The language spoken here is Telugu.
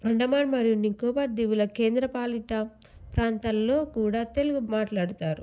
అండమాన్ మరియు నికోబార్ దీవుల కేంద్ర పాలిట ప్రాంతాల్లో కూడా తెలుగు మాట్లాడుతారు